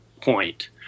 point